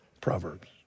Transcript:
Proverbs